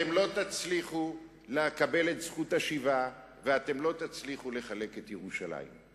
לא תצליחו לקבל את זכות השיבה ולא תצליחו לחלק את ירושלים.